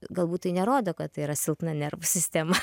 galbūt tai nerodo kad tai yra silpna nervų sistema